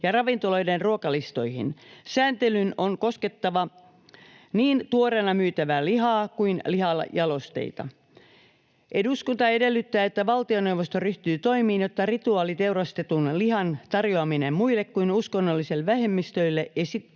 ja ravintoloiden ruokalistoihin. Sääntelyn on koskettava niin tuoreena myytävää lihaa kuin lihajalosteita. Eduskunta edellyttää, että valtioneuvosto ryhtyy toimiin, jotta rituaaliteurastetun lihan tarjoaminen muille kuin uskonnollisille vähemmistöille